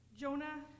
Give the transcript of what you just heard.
Jonah